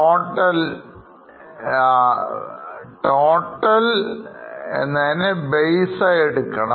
total base എടുക്കണം